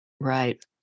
Right